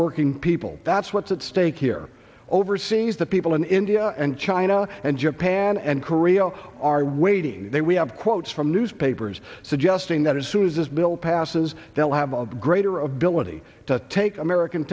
working people that's what's at stake here overseas that people in india and china and japan and korea are waiting there we have quotes from newspapers suggesting that as soon as this bill passes they'll have a greater ability to take american